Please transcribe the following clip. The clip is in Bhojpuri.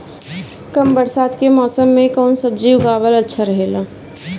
कम बरसात के मौसम में कउन सब्जी उगावल अच्छा रहेला?